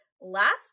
Last